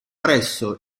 presso